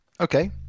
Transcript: Okay